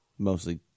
Mostly